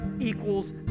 equals